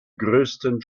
größten